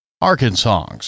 Arkansas